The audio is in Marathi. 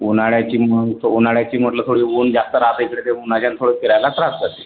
उन्हाळ्याची मग तो उन्हाळ्याची म्हटलं थोडी ऊन जास्त राहते इकडे ते उन्हाच्यानं थोडं फिरायला त्रास जाते